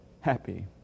happy